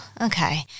okay